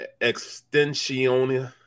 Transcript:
Extension